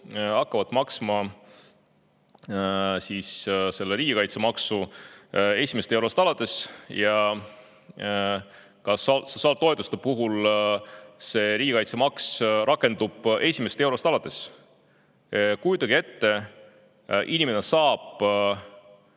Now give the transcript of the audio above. hakkavad maksma riigikaitsemaksu esimesest eurost alates ja ka sotsiaaltoetuste puhul see riigikaitsemaks rakendub esimesest eurost alates. Kujutage ette, inimene saab